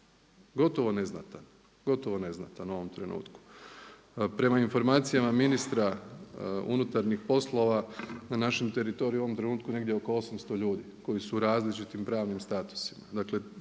gotovo neznatan u ovom trenutku. Prema informacijama ministra unutarnjih poslova na našem teritoriju u ovom trenutku negdje oko 800 ljudi koji su u različitim pravnim statusima,